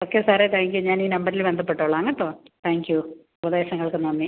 okay സാറേ thank you ഞാനീ നമ്പറിൽ ബന്ധപ്പെട്ടോളാം കേട്ടോ താങ്ക് യൂ ഉപദേശങ്ങൾക്ക് നന്ദി